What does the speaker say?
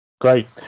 Great